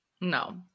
No